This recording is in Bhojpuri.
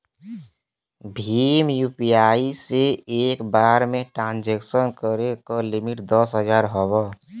भीम यू.पी.आई से एक बार में ट्रांसक्शन करे क लिमिट दस हजार हौ